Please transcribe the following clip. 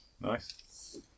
Nice